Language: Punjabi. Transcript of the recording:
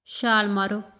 ਛਾਲ ਮਾਰੋ